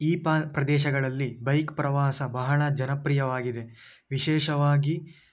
ಈ ಪ ಪ್ರದೇಶಗಳಲ್ಲಿ ಬೈಕ್ ಪ್ರವಾಸ ಬಹಳ ಜನಪ್ರಿಯವಾಗಿದೆ ವಿಶೇಷವಾಗಿ